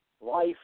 life